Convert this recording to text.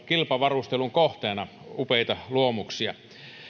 kilpavarustelun kohteena upeita luomuksia